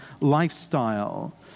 lifestyle